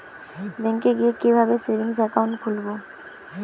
ব্যাঙ্কে গিয়ে কিভাবে সেভিংস একাউন্ট খুলব?